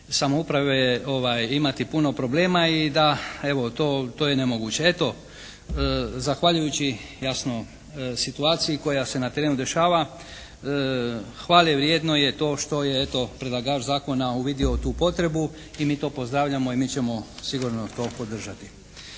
samouprave imati puno problema i da evo to je nemoguće. Eto, zahvaljujući jasno situaciji koja se na terenu dešava hvale vrijedno je to što je eto predlagač zakona uvidio tu potrebu i mi to pozdravljamo i mi ćemo sigurno to podržati.